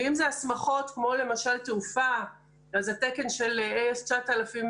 ואם זה הסמכות כמו למשל תעופה אז התקן של AS9100,